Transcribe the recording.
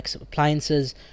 appliances